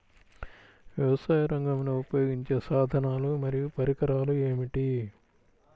వ్యవసాయరంగంలో ఉపయోగించే సాధనాలు మరియు పరికరాలు ఏమిటీ?